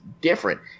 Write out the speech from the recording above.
different